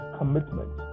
commitment